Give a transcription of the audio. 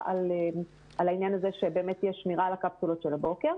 על העניין הזה שבאמת יש שמירה על הקפסולות של הבוקר.